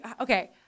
Okay